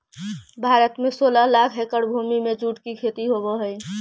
भारत में सोलह लाख एकड़ भूमि में जूट के खेती होवऽ हइ